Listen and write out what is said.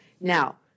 Now